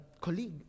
colleague